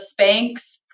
Spanx